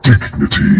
Dignity